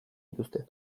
dituzte